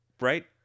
Right